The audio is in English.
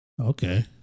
Okay